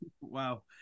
wow